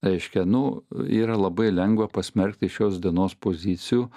reiškia nu yra labai lengva pasmerkti iš šios dienos pozicijų